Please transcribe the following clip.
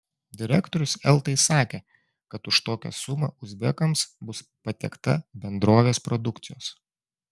direktorius eltai sakė kad už tokią sumą uzbekams bus patiekta bendrovės produkcijos